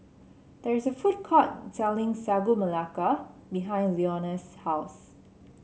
there is a food court selling Sagu Melaka behind Leonia's house